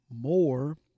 more